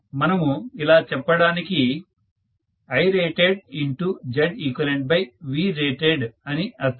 మనము ఇలా చెప్పడానికి IratedZeqVrated అని అర్థము